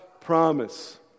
promise